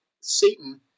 Satan